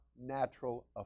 natural